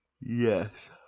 Yes